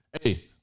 Hey